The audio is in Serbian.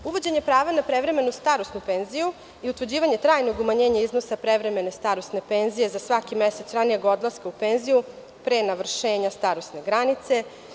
Uvođenje prava na prevremenu starosnu penziju i utvrđivanje trajnog umanjenja iznosa prevremene starosne penzije za svaki mesec ranijeg odlaska u penziju pre navršenja starosne granice.